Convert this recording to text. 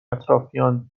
اطرافیان